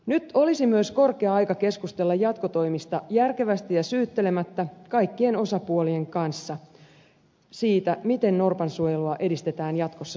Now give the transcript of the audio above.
nyt olisi myös korkea aika keskustella järkevästi ja syyttelemättä kaikkien osapuolien kanssa jatkotoimista siitä miten norpan suojelua edistetään jatkossa samaan suuntaan